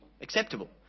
acceptable